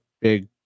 big